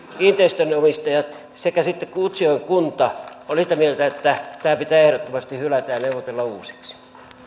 kiinteistönomistajat sekä sitten utsjoen kunta olivat sitä mieltä että tämä pitää ehdottomasti hylätä ja neuvotella uusiksi